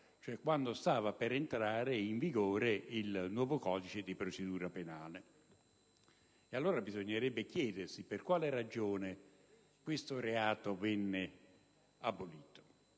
quando stava per entrare in vigore il nuovo codice di procedura penale. Bisognerebbe chiedersi per quale ragione questo reato è stato abolito.